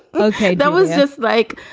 okay. that was just like,